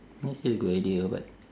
that's a good idea but